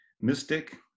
mystic